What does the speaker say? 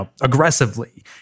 aggressively